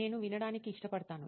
నేను వినడానికి ఇష్టపడతాను